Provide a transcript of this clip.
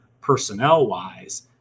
personnel-wise